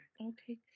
Okay